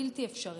בלתי אפשרית.